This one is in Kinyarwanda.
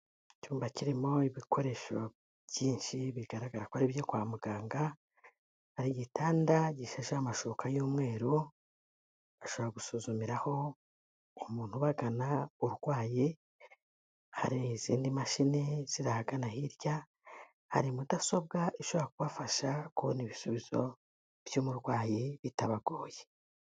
Icyumba kirimo ibikoresho byinshi bigaragara ko ari byo kwa muganga, hari igitanda gishaje amashuka y'umweru, ashobora gusuzumiraho umuntu ubagana undwaye, hari izindi mashini ziri hagana hirya, hari mudasobwa ishobora kubafasha kubona ibisubizo by'umurwayi bitabagoye.